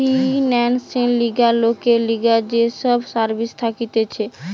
ফিন্যান্সের লিগে লোকের লিগে যে সব সার্ভিস থাকতিছে